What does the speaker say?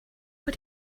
what